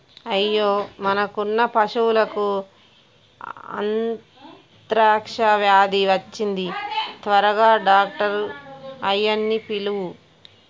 అయ్యో మనకున్న పశువులకు అంత్రాక్ష వ్యాధి వచ్చింది త్వరగా డాక్టర్ ఆయ్యన్నీ పిలువు